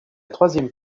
troisième